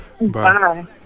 Bye